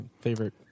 favorite